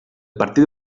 partit